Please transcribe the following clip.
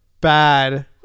bad